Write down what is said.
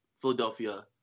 Philadelphia